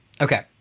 Okay